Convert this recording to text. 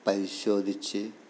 പരിശോധിച്ച്